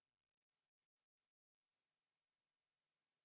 Kiitos.